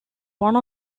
one